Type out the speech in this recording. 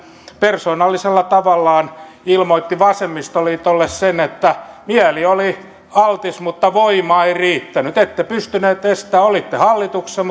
persoonallisella tavallaan ilmoitti vasemmistoliitolle sen että mieli oli altis mutta voima ei riittänyt ette pystyneet estämään olitte hallituksessa